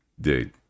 dude